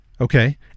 Okay